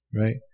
Right